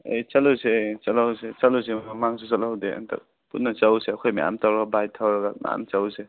ꯑꯦ ꯆꯠꯂꯨꯁꯦ ꯆꯠꯂꯨꯁꯦ ꯃꯃꯥꯡꯁꯨ ꯆꯠꯍꯧꯗꯦ ꯑꯝꯇ ꯄꯨꯟꯅ ꯆꯠꯂꯨꯁꯦ ꯑꯩꯈꯣꯏ ꯃꯌꯥꯝ ꯇꯧꯔꯒ ꯕꯥꯏꯠ ꯊꯧꯔꯒ ꯅꯥꯟꯅ ꯆꯠꯂꯨꯁꯦ